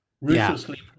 ruthlessly